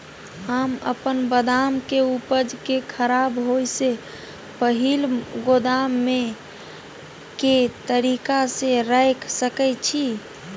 हम अपन बदाम के उपज के खराब होय से पहिल गोदाम में के तरीका से रैख सके छी?